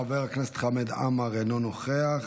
חבר הכנסת חמד עמאר, אינו נוכח.